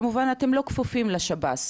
כמובן שאתם לא כפופים לשב"ס,